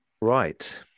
right